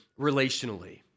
relationally